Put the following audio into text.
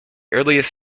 earliest